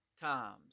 times